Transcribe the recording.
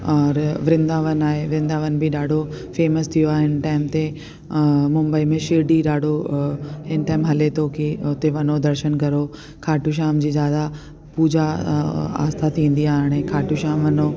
और वृंदावन आहे वृंदावन बि ॾाढो फेमस थी वियो आ हिन टाइम ते मुंबई में शिरड़ी ॾाढो हिन टाइम हले थो की हुते वञो दर्शन करो खाटू श्याम जी ज्यादा पूजा आस्था थींदी आहे हाणे खाटू श्याम वञो